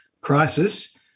crisis